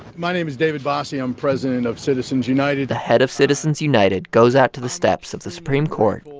my name is david bossie. i'm president of citizens united. the head of citizens united goes out to the steps of the supreme court,